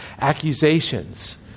accusations